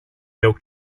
milk